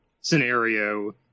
scenario